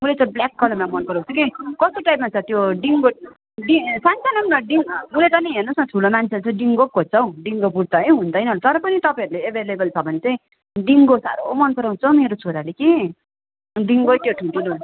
मलाई त्यो ब्ल्याक कलरमा मन पराउँछु के कस्तो टाइपमा छ त्यो डिङ्गो डि सान्सानोमा उसले त नि हेर्नु होस् ठुलो मान्छे जस्तो डिङ्गो खोज्छ हौ डिङ्गो बुट चाहियो हुँदैन तर पनि तपाईँहरूले एभाइलेभल त छ भने चाहिँ डिङ्गो साह्रो मन पराउँछ मेरो छोराले कि डिङ्गो त्यो ठुल्ठुलोहरू